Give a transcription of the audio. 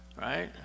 Right